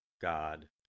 God